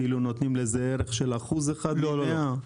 נותנים לזה ערך של אחוז אחד ממאה?